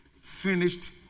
finished